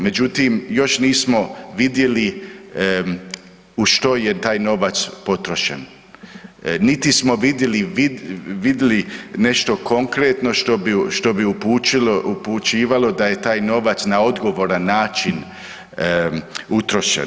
Međutim, još nismo vidjeli u što je taj novac potrošen niti smo vidjeli nešto konkretno što bi upućivalo da je taj novac na odgovoran način utrošen.